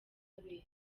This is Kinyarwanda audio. ubutabera